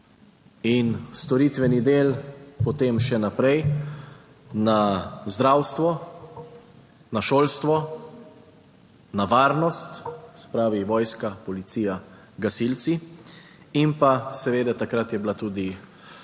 In storitveni del potem še naprej na zdravstvo, na šolstvo, na varnost, se pravi vojska, policija, gasilci in pa seveda, takrat je bila tudi